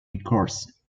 records